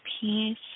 peace